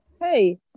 Hey